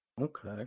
Okay